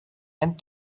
and